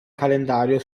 calendario